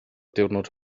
diwrnod